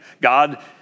God